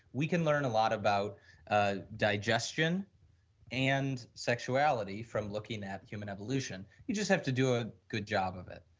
we can learn a lot about ah digestion and sexuality from looking at human evolution, you just have to do a good job of it.